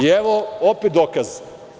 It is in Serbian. Evo, opet dokaza.